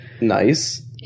Nice